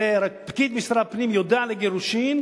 הרי פקיד משרד הפנים יודע על הגירושים,